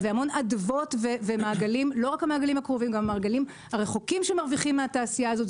והמון אדוות ומעגלים קרובים ורחוקים שמרוויחים מן התעשייה הזאת.